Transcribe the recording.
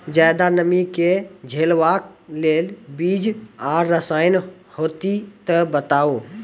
ज्यादा नमी के झेलवाक लेल बीज आर रसायन होति तऽ बताऊ?